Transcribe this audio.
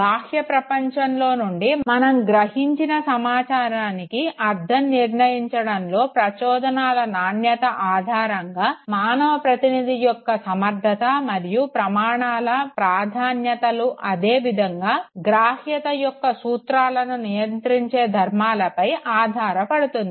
బాహ్య ప్రపంచంలో నుండి మనం గ్రహించిన సమాచారానికి అర్ధం నిర్ణయించడంలో ప్రచోదనాల నాణ్యత ఆధారంగా మానవ ప్రతినిధి యొక్క సమర్ధత మరియు ప్రమాణాల ప్రాధాన్యతలు అదే విధంగా గ్రాహ్యత యొక్క సూత్రలను నియంత్రించే ధర్మాలపై ఆధారపడుతుంది